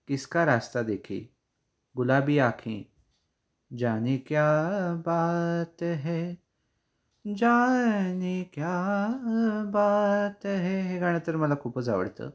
किसका रास्ता देखी गुलाबी आँखे जाने क्या बात हेै ज्याने क्या बात है हे गाणं तर मला खूपच आवडतं